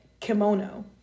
kimono